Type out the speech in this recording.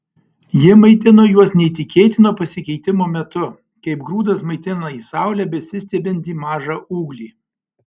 ji maitino juos neįtikėtino pasikeitimo metu kaip grūdas maitina į saulę besistiebiantį mažą ūglį